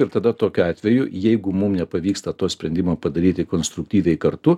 ir tada tokiu atveju jeigu mum nepavyksta to sprendimo padaryti konstruktyviai kartu